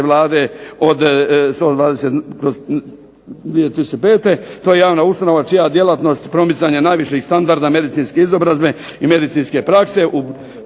Vlade 120/2005. To je javna ustanova čija djelatnost promicanja najviših standarda medicinske izobrazbe i medicinske prakse